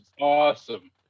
awesome